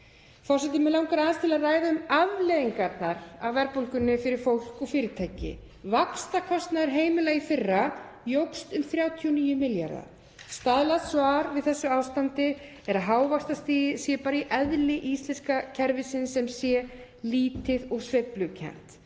Forseti. Mig langar aðeins að ræða um afleiðingarnar af verðbólgunni fyrir fólk og fyrirtæki. Vaxtakostnaður heimila í fyrra jókst um 39 milljarða. Staðlað svar við þessu ástandi er að hávaxtastigið sé bara í eðli íslenska kerfisins sem sé lítið og sveiflukennt